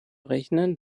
rechnen